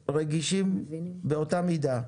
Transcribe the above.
כולנו רגישים באותה מידה.